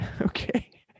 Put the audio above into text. Okay